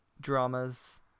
dramas